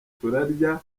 turarya